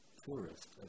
tourist